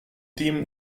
team